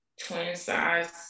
twin-size